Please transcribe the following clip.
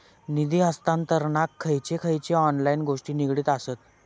निधी हस्तांतरणाक खयचे खयचे ऑनलाइन गोष्टी निगडीत आसत?